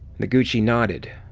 noguchi nodded.